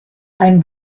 ein